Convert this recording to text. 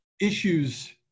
issues